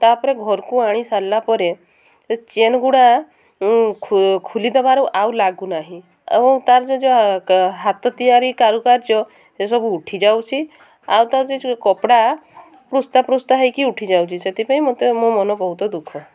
ତା'ପରେ ଘରକୁ ଆଣି ସାରିଲା ପରେ ସେ ଚେନ୍ଗୁଡ଼ା ଖୋଲିଦେବାରୁ ଆଉ ଲାଗୁନାହିଁ ଏବଂ ତାର ଯେଉଁ ଯେଉଁ ହାତ ତିଆରି କାରୁକାର୍ଯ୍ୟ ସେସବୁ ଉଠିଯାଉଛି ଆଉ ତାର ଯେଉଁ କପଡ଼ା ପୃସ୍ତା ପୃସ୍ତା ହୋଇକି ଉଠିଯାଉଛି ସେଥିପାଇଁ ମୋତେ ମୋ ମନ ବହୁତ ଦୁଃଖ